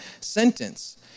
sentence